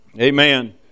amen